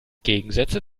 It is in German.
gegensätze